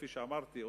כפי שאמרתי,